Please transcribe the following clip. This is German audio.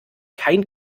kein